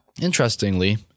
Interestingly